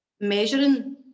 measuring